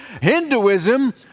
Hinduism